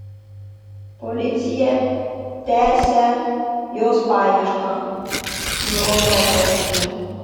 policija tęsią jos paiešką nurodoma pranešime